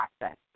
process